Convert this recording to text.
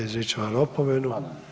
Izričem vam opomenu.